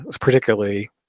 particularly